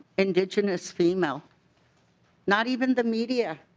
indigenous female not even the media